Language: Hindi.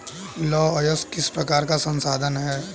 लौह अयस्क किस प्रकार का संसाधन है?